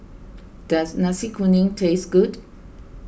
does Nasi Kuning taste good